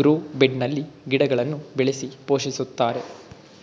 grow ಬೆಡ್ನಲ್ಲಿ ಗಿಡಗಳನ್ನು ಬೆಳೆಸಿ ಪೋಷಿಸುತ್ತಾರೆ